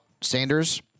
Sanders